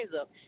up